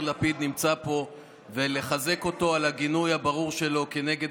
לפיד נמצא פה ולחזק אותו על הגינוי הברור שלו כנגד